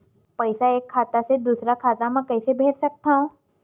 पईसा एक खाता से दुसर खाता मा कइसे कैसे भेज सकथव?